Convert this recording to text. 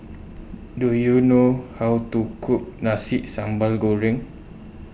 Do YOU know How to Cook Nasi Sambal Goreng